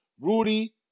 Rudy